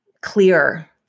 clear